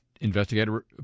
investigator